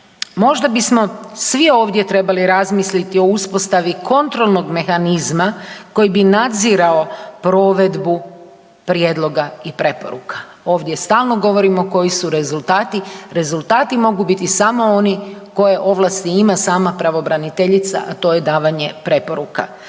Možda bismo svi ovdje trebali razmisliti o uspostavi kontrolnog mehanizma koji bi nadzirao provedbu prijedloga i preporuka. Ovdje stalno govorimo koji su rezultati, rezultati mogu biti samo oni koje ovlasti ima sama pravobraniteljica, a to je davanje preporuka.